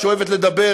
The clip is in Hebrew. שאוהבת לדבר